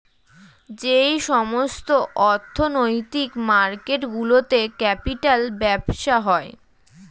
যেই সমস্ত অর্থনৈতিক মার্কেট গুলোতে ক্যাপিটাল ব্যবসা হয়